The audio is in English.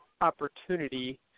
opportunity